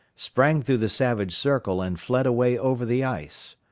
sprang through the savage circle and fled away over the ice.